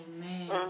Amen